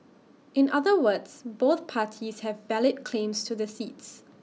in other words both parties have valid claims to the seats